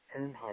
Earnhardt